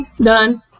done